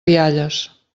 rialles